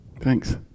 Thanks